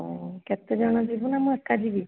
ହଁ କେତେ ଜଣ ଯିବୁ ନା ମୁଁ ଏକା ଯିବି